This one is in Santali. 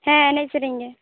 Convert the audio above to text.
ᱦᱮᱸ ᱮᱱᱮᱡ ᱥᱮᱨᱮᱧ ᱜᱮ